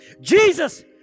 Jesus